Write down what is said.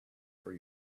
for